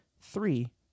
three